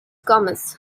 gomez